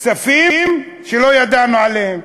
כספים שלא ידענו עליהם,